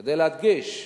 כדי להדגיש: